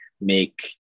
make